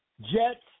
jets